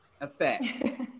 effect